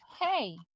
hey